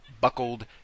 buckled